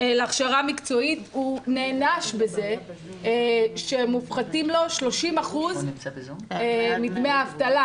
להכשרה מקצועית נענש בזה שמופחתים לו 30% מדמי האבטלה.